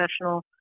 professional